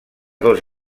dos